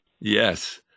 Yes